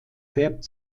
färbt